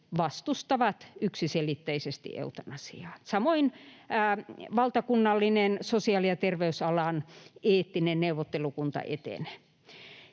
vastustavat yksiselitteisesti eutanasiaa, samoin valtakunnallinen sosiaali- ja terveysalan eettinen neuvottelukunta ETENE.